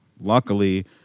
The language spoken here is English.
luckily